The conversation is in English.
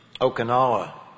Okinawa